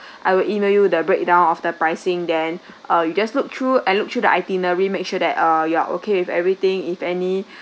I will email you the breakdown of the pricing then uh you just look through and look through the itinerary make sure that uh you are okay with everything if any